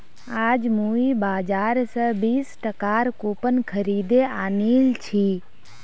आज मुई बाजार स बीस टकार कूपन खरीदे आनिल छि